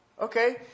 Okay